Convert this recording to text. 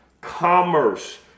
Commerce